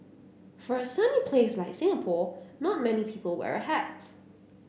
for a sunny place like Singapore not many people wear a hat